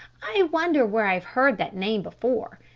i wonder where i've heard that name before.